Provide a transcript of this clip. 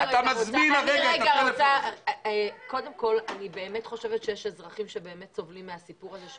אני באמת חושבת שיש אזרחים שסובלים מהסיפור הזה של